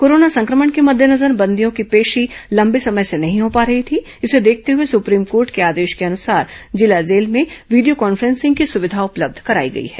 corona संक्रमण के मद्देनजर बंदियों की पेशी लंबे समय से नहीं हो पा रही थी इसे देखते हुए सुप्रीम कोर्ट के आदेश के अनुसार जिला जेल में वीडियो कॉन्फ्रेंसिंग की सुविधा उपलब्ध कराई गई है